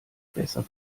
besser